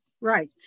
right